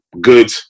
good